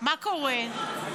מה קורה?